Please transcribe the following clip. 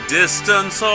distance